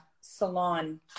salon